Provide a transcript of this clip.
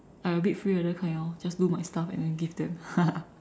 I a bit freeloader orh just do my stuff and then give them